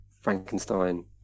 Frankenstein